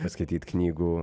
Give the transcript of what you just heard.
paskaityt knygų